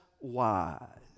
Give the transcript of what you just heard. wise